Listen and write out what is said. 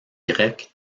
grecque